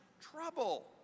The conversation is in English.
trouble